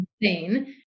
Insane